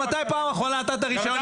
--- אביר, מתי בפעם האחרונה נתת רישיון?